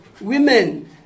women